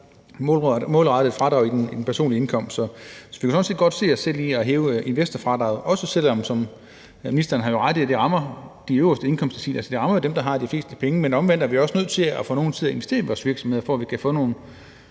målrettet fradrag i forhold til den personlige indkomst. Så vi kan sådan set godt se os selv i det i forhold til at hæve investorfradraget, også selv om, som ministeren jo har ret i, det rammer de øverste indkomstdeciler. Altså, det rammer jo dem, der har de fleste penge, men omvendt er vi også nødt til at få nogle til at investere i vores virksomheder, for at vi kan få nogle